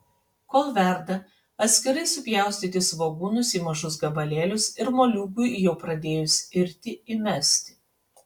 kol verda atskirai supjaustyti svogūnus į mažus gabalėlius ir moliūgui jau pradėjus irti įmesti